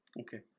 okay